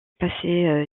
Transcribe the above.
passé